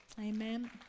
Amen